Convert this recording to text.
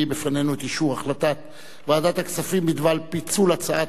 בפנינו את אישור החלטת ועדת הכספים בדבר פיצול הצעת